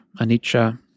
anicca